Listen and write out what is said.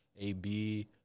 AB